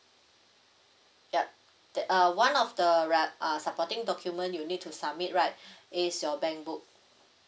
yup tha~ uh one of the re~ uh supporting document you need to submit right is your bankbook